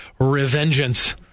Revengeance